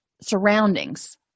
surroundings